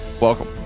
Welcome